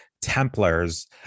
templars